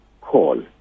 call